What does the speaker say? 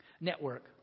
network